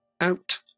out